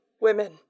women